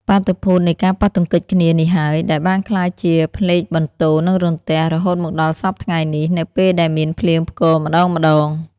បាតុភូតនៃការប៉ះទង្គិចគ្នានេះហើយ ដែលបានក្លាយជាផ្លេកបន្ទោរ និងរន្ទះ រហូតមកដល់សព្វថ្ងៃនេះ នៅពេលដែលមានភ្លៀងផ្គរម្ដងៗ។